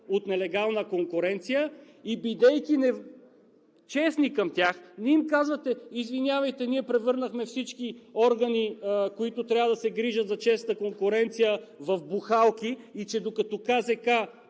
от нелегална конкуренция, и бидейки честни към тях, Вие им казвате – извинявайте, ние превърнахме всички органи, които трябва да се грижат за честната конкуренция в бухалки и че докато КЗК